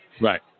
Right